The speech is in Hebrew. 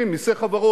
כי המחירים ירדו,